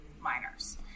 minors